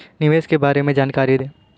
निवेश के बारे में जानकारी दें?